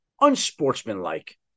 unsportsmanlike